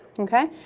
okay?